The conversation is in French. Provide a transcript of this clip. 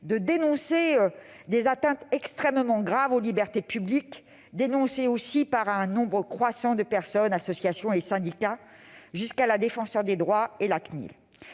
de dénoncer des atteintes extrêmement graves aux libertés publiques, dénoncées aussi par un nombre croissant de personnes, associations et syndicats jusqu'à la Défenseure des droits et la CNIL.